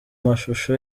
mashusho